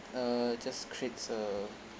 uh just creates a